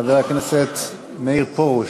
חבר הכנסת מאיר פרוש,